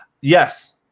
Yes